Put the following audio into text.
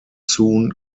soon